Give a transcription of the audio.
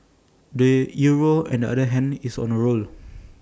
the euro on the other hand is on A roll